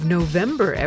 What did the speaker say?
November